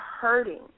hurting